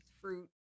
fruit